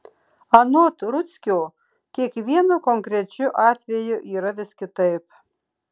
anot rudzkio kiekvienu konkrečiu atveju yra vis kitaip